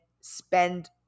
spend